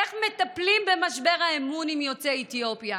איך מטפלים במשבר האמון עם יוצאי אתיופיה?